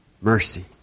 mercy